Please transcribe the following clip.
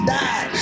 die